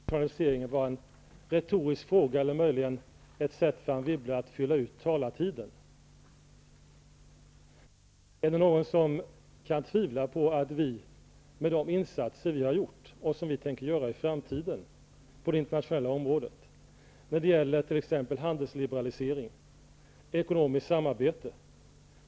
Herr talman! Jag trodde att internationaliseringen var en retorisk fråga eller möjligen ett sätt för Anne Wibble att fylla ut talartiden. Är det någon som kan tvivla på våra avsikter, med de insatser vi har gjort och tänker göra i framtiden på det internationella området när det gäller t.ex handelsliberalisering och ekonomiskt samarbete?